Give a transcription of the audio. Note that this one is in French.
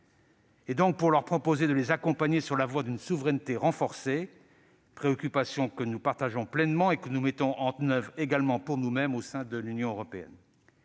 leur emprise. Il s'agit de les accompagner sur la voie d'une souveraineté renforcée, préoccupation que nous partageons pleinement et que nous mettons également en oeuvre pour nous-mêmes au sein de l'Union européenne.